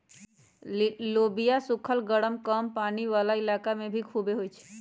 लोबिया सुखल गरम कम पानी वाला इलाका में भी खुबे होई छई